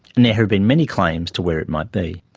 and there have been many claims to where it might be.